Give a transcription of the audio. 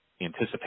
anticipate